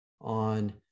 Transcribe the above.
on